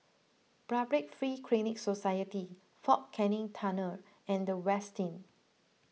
Public Free Clinic Society fort Canning Tunnel and the Westin